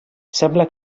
sembla